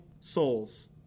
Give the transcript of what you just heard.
souls